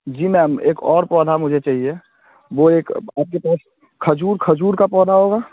जी ma'am एक और पौधा मुझे चाहिए वह एक आपके पास खजूर खजूर का पौधा होगा